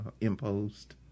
imposed